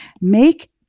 make